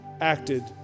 acted